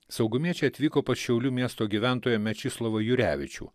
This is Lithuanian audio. saugumiečiai atvyko pas šiaulių miesto gyventojo mečislovą jurevičių